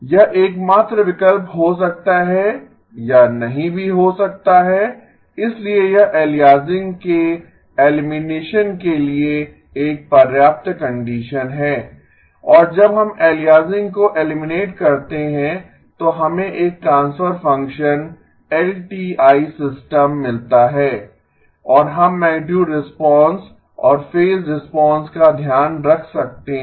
यह एकमात्र विकल्प हो सकता है या नहीं भी हो सकता है इसलिए यह एलियासिंग के एलिमिनेशन के लिए एक पर्याप्त कंडीशन है और जब हम एलियासिंग को एलिमिनेट करते हैं तो हमें एक ट्रांसफर फंक्शन एलटीआई सिस्टम मिलता है और हम मैगनीटुड रिस्पांस और फेज रिस्पांस का ध्यान रख सकते हैं